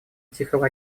тихого